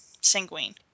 sanguine